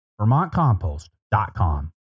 vermontcompost.com